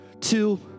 two